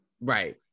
right